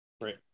Right